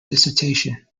dissertation